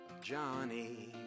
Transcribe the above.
Johnny